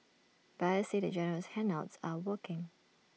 buyers say the generous handouts are working